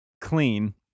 clean